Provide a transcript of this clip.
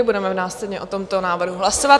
Budeme následně o tomto návrhu hlasovat.